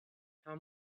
how